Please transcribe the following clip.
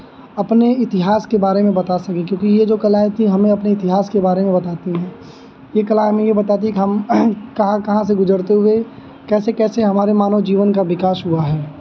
अपने इतिहास के बारे में बता सकें क्योंकि ये जो कलाएँ थीं हमें अपने इतिहास के बारे में बताती हैं ये कला हमें ये बताती है कि हम कहाँ कहाँ से गुजरते हुए कैसे कैसे हमारे मानव जीवन का विकास हुआ है